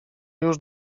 już